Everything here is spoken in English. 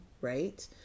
right